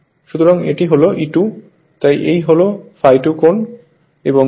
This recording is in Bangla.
সুতরাং এটি হল E₂ তাই এই হল ∅2 কোণ